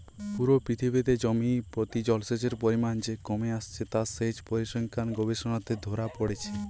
পুরো পৃথিবীতে জমি প্রতি জলসেচের পরিমাণ যে কমে আসছে তা সেচ পরিসংখ্যান গবেষণাতে ধোরা পড়ছে